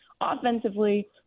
offensively